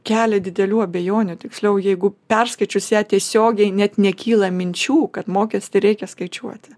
kelia didelių abejonių tiksliau jeigu perskaičius ją tiesiogiai net nekyla minčių kad mokestį reikia skaičiuoti